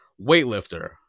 Weightlifter